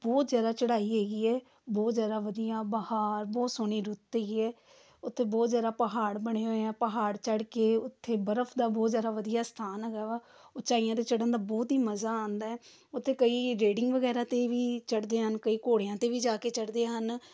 ਬਹੁਤ ਜ਼ਿਆਦਾ ਚੜਾਈ ਹੈਗੀ ਹੈ ਬਹੁਤ ਜ਼ਿਆਦਾ ਵਧੀਆ ਬਹਾਰ ਬਹੁਤ ਸੋਹਣੀ ਰੁੱਤ ਹੈਗੀ ਹੈ ਉੱਥੇ ਬਹੁਤ ਜ਼ਿਆਦਾ ਪਹਾੜ ਬਣੇ ਹੋਏ ਆ ਪਹਾੜ ਚੜ੍ਹ ਕੇ ਉੱਥੇ ਬਰਫ਼ ਦਾ ਬਹੁਤ ਜ਼ਿਆਦਾ ਵਧੀਆ ਸਥਾਨ ਹੈਗਾ ਵਾ ਉਚਾਈਆਂ 'ਤੇ ਚੜ੍ਹਨ ਦਾ ਬਹੁਤ ਹੀ ਮਜ਼ਾ ਆਉਂਦਾ ਉੱਥੇ ਕਈ ਰੇਡਿੰਗ ਵਗੈਰਾ 'ਤੇ ਵੀ ਚੜ੍ਹਦੇ ਹਨ ਕਈ ਘੋੜਿਆਂ 'ਤੇ ਵੀ ਜਾ ਕੇ ਚੜ੍ਹਦੇ ਹਨ